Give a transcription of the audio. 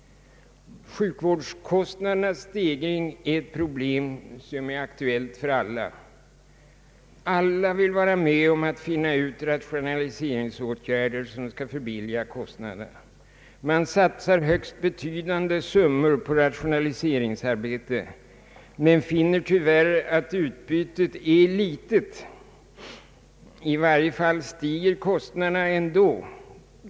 Sjukvårdskostnadernas stegring är ett problem som är aktuellt för alla. Alla vill vara med om att finna ut rationaliseringsåtgärder som skall minska kostnaderna. Man satsar högst betydande summor på rationaliseringsarbete men finner tyvärr att utbytet är litet. I varje fall stiger kostnaderna ändå.